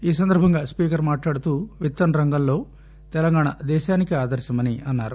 ఈ సందర్బంగా స్పీకర్ మాట్లాడుతూ విత్తనరంగంలో తెలంగాణ దేశానికే ఆదర్శమని అన్నారు